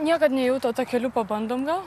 niekad nėjau tuo takeliu pabandom gal